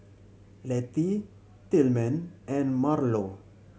Letty Tillman and Marlo